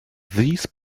these